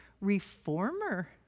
reformer